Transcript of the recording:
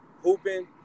hooping